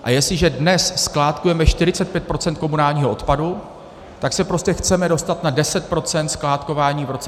A jestliže dnes skládkujeme 45 % komunálního odpadu, tak se prostě chceme dostat na 10 % skládkování v roce 2030.